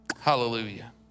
Hallelujah